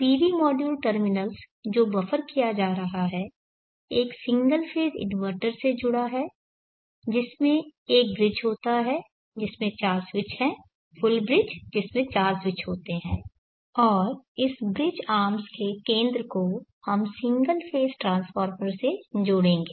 PV module terminals जो buffer किया जा रहा है एक सिंगल फेज़ इन्वर्टर से जुड़ा है जिसमें एक ब्रिज होता है जिसमें चार स्विच हैं फुल ब्रिज जिसमें चार स्विच होते हैं और इस ब्रिज आर्म्स के केंद्र को हम सिंगल फेज़ ट्रांसफॉर्मर से जोड़ेंगे